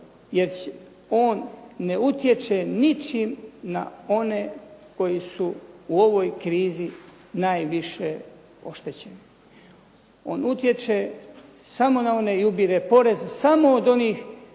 jer on ne utječe ničim na one koji su u ovoj krizi najviše oštećeni. On utječe samo na one, i ubire porez samo od onih